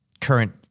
current